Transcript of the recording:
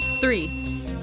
Three